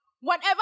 whenever